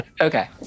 Okay